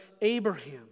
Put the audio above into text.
Abraham